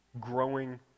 growing